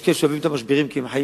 יש כאלה שאוהבים את המשברים כי הם חיים